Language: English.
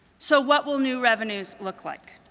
so what will new revenues look like?